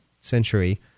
century